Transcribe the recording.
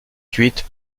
cuite